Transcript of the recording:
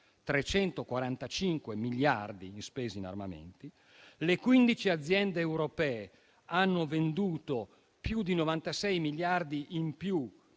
345 miliardi in armamenti e le 15 aziende europee hanno venduto più di 96 miliardi in più